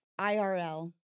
IRL